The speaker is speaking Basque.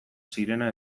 sirena